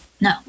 No